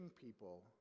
people